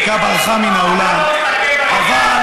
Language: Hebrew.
אתה לא מסתכל בראי,